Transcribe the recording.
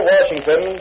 Washington